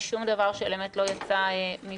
ושום דבר של אמת לא יצא מפיה.